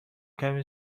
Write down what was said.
کمی